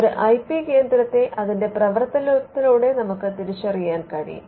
ഒരു I P കേന്ദ്രത്തെ അതിന്റെ പ്രവർത്തനത്തിലൂടെ നമുക്ക് തിരിച്ചറിയാൻ കഴിയും